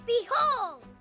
Behold